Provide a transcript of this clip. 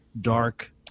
dark